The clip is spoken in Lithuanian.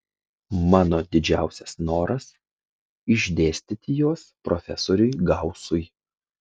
mano didžiausias noras išdėstyti juos profesoriui gausui